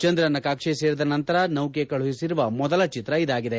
ಚಂದ್ರನ ಕಕ್ಷೆ ಸೇರಿದ ನಂತರ ಸೌಕೆ ಕಳುಹಿಸಿರುವ ಮೊದಲ ಚಿತ್ರ ಇದಾಗಿದೆ